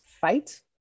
fight